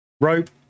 rope